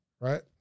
right